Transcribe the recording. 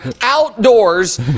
outdoors